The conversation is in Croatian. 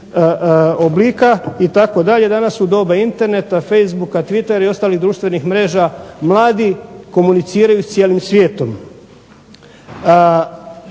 oblika itd. Danas u doba interneta, Facebooka, Twitter i ostalih društvenih mreža mladi komuniciraju sa cijelim svijetom.